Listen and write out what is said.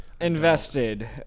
invested